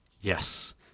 Yes